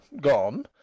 gone